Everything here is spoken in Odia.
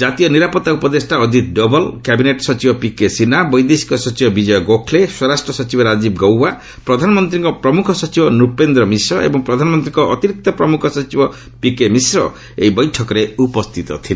ଜାତୀୟ ନିରାପତ୍ତା ଉପଦେଷ୍ଟା ଅକିତ୍ ଡୋଭଲ୍ କ୍ୟାବିନେଟ୍ ସଚିବ ପିକେ ସିହ୍ରା ବୈଦେଶିକ ସଚିବ ବିଜୟ ଗୋଖ୍ଲେ ସ୍ୱରାଷ୍ଟ୍ର ସଚିବ ରାଜୀବ ଗୌବା ପ୍ରଧାନମନ୍ତ୍ରୀଙ୍କ ପ୍ରମୁଖ ସଚିବ ନୂପେନ୍ଦ୍ର ମିଶ୍ର ଏବଂ ପ୍ରଧାନମନ୍ତ୍ରୀଙ୍କ ଅତିରିକ୍ତ ପ୍ରମୁଖ ସଚିବ ପିକେ ମିଶ୍ର ଏହି ବୈଠକରେ ଉପସ୍ଥିତ ଥିଲେ